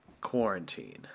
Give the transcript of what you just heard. quarantine